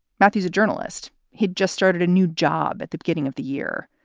matthew is a journalist. he'd just started a new job at the beginning of the year.